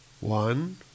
one